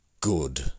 good